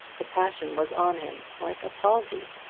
the passion was on him like a palsy,